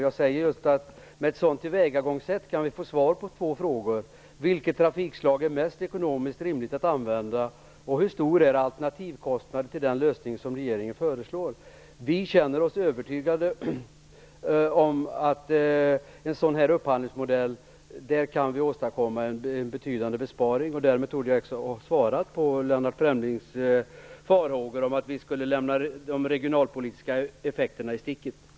Jag säger att ett sådant tillvägagångssätt som vi föreslår kan ge svar på två frågor: Vilket trafikslag är ekonomiskt mest rimligt att använda och hur stor är alternativkostnaden till den lösning som regeringen föreslår? Vi känner oss övertygade om att vi med en upphandlingsmodell kan åstadkomma en betydande besparing. Därmed torde jag ha bemött Lennart Fremlings farhågor för att vi skulle lämna de regionalpolitiska effekterna vid sidan av.